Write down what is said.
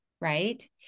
right